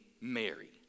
mary